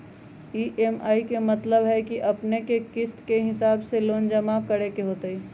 EMI के मतलब है कि अपने के किस्त के हिसाब से लोन जमा करे के होतेई?